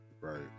Right